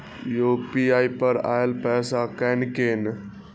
UPI पर आएल पैसा कै कैन?